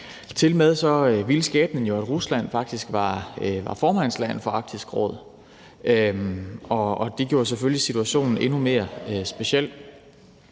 Tilmed ville skæbnen jo, at Rusland faktisk var formandsland for Arktisk Råd, og det gjorde selvfølgelig situationen endnu mere speciel.